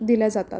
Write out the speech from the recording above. दिल्या जातात